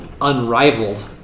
Unrivaled